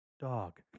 Dog